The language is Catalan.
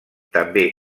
també